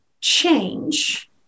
change